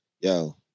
Yo